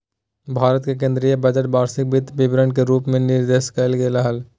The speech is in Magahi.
भारत के केन्द्रीय बजट वार्षिक वित्त विवरण के रूप में निर्दिष्ट कइल गेलय हइ